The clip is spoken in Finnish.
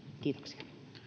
kiitoksia